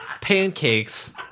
pancakes